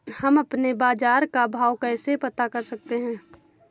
हम अपने बाजार का भाव कैसे पता कर सकते है?